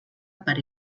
per